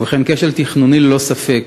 ובכן, כשל תכנוני הוא ללא ספק